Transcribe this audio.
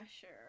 sure